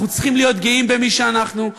אנחנו צריכים להיות גאים במי שאנחנו,